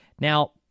Now